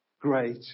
great